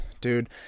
dude